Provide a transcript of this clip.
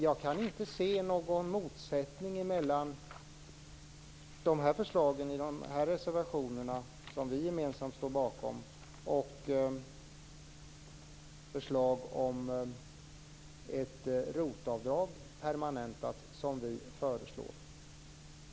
Jag kan inte se någon motsättning mellan förslagen i de reservationer som vi gemensamt står bakom och det förslag om ett permanentat ROT bidrag som vi föreslår.